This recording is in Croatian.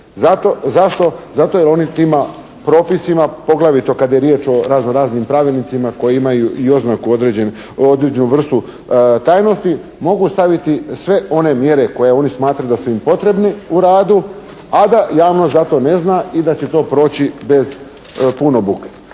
Zato jer oni tima propisima poglavito kad je riječ o razno-raznim pravilnicima koji imaju i oznaku određenu, određenu vrstu tajnosti mogu staviti sve one mjere koji oni smatraju da su im potrebni u radu, a da javnost za to ne zna i da će to proći bez puno buke.